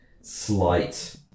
slight